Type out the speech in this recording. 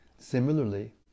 Similarly